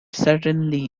certainly